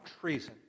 treason